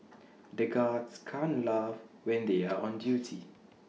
the guards can't laugh when they are on duty